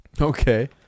okay